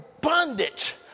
bondage